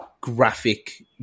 graphic